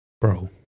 Bro